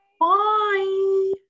Bye